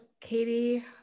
Katie